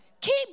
keep